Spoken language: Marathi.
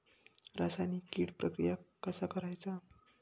रासायनिक कीड प्रक्रिया कसा करायचा?